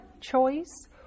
choice